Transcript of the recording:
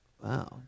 Wow